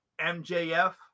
MJF